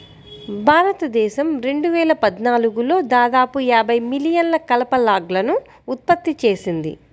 భారతదేశం రెండు వేల పద్నాలుగులో దాదాపు యాభై మిలియన్ల కలప లాగ్లను ఉత్పత్తి చేసింది